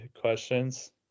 questions